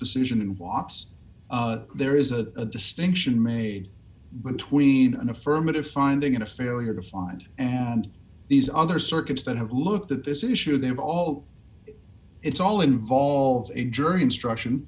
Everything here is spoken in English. decision in watts there is a distinction made between an affirmative finding in a failure to find and these other circuits that have looked at this issue they have all it's all involved a jury instruction